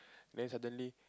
then suddenly